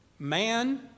Man